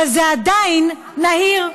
אבל זה עדיין נהיר: